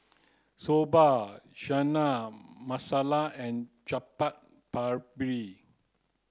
Soba Chana Masala and Chaat Papri